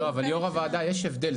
לא, אבל יו"ר הוועדה, יש הבדל.